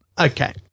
Okay